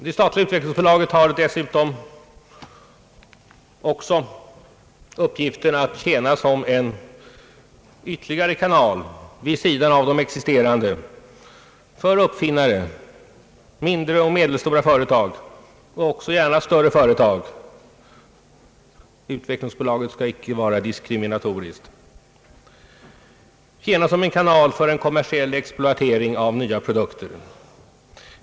Det statliga utvecklingsbolaget har dessutom också uppgiften att tjäna såsom en ytterligare kanal vid sidan av de existerande för uppfinnare, mindre och medelstora företag men också gärna större företag. Utvecklingsbolaget skall inte vara diskriminatoriskt utan tjäna såsom en kanal för en kommersiell exploatering av nya produkter.